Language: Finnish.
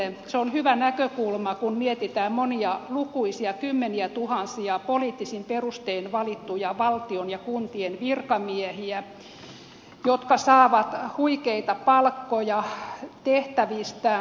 se on hyvä näkökulma kun mietitään monia lukuisia kymmeniätuhansia poliittisin perustein valittuja valtion ja kuntien virkamiehiä jotka saavat huikeita palkkoja tehtävistään